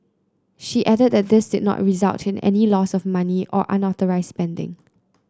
she added that this did not result in any loss of money or unauthorised spending